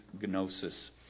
gnosis